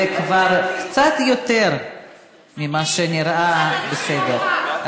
זה כבר קצת יותר ממה שנראה בסדר,